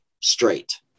straight